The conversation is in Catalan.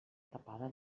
tapada